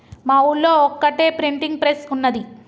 మా ఊళ్లో ఒక్కటే ప్రింటింగ్ ప్రెస్ ఉన్నది